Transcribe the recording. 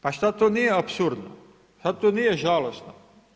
Pa šta to nije apsurdno, šta to nije žalosno?